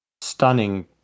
stunning